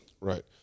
Right